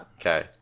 Okay